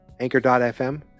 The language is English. anchor.fm